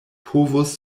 povus